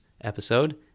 episode